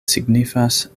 signifas